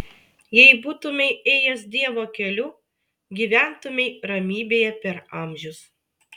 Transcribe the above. jei būtumei ėjęs dievo keliu gyventumei ramybėje per amžius